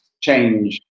change